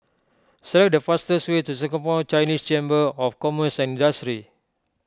select the fastest way to Singapore Chinese Chamber of Commerce and Industry